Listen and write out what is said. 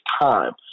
time